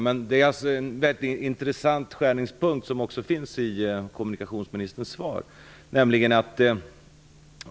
Detta är en mycket intressant skärningspunkt, som också finns i kommunikationsministerns svar.